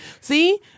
see